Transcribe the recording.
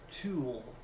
tool